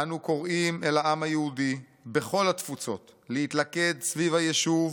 "אנו קוראים אל העם היהודי בכל התפוצות להתלכד סביב הישוב